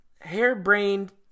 hair-brained